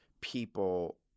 people